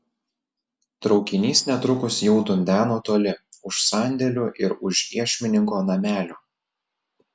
traukinys netrukus jau dundeno toli už sandėlių ir už iešmininko namelio